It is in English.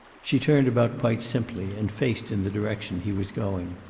she turned about quite simply, and faced in the direction he was going.